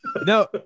no